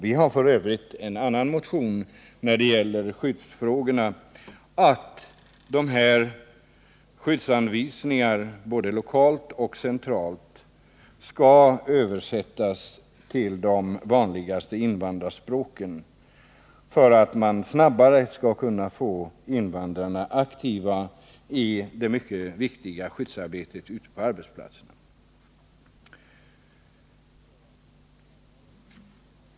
Vpk har f. ö. i en motion som gäller skyddsfrågorna krävt att skyddsanvisningarna — både de som utges lokalt och de som utges centralt — skall översättas till de vanligaste invandrarspråken för att man snabbare skall få invandrarna aktiva i det mycket viktiga skyddsarbetet ute på arbetspiatserna.